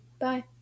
Bye